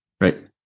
right